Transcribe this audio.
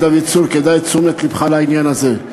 תשומת לבך לעניין הזה.